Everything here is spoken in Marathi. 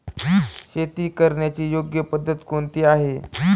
शेती करण्याची योग्य पद्धत कोणती आहे?